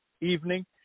evening